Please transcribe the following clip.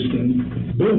boom